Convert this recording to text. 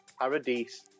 Paradise